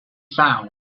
sound